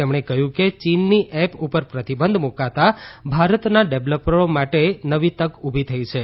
તેમણે કહ્યું કે ચીનની એપ ઉપર પ્રતિબંધ મૂકાતા ભારતના ડેવલપરો માટે નવી તક ઉભી થઈ છે